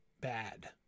bad